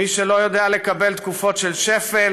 מי שלא יודע לקבל תקופות של שפל,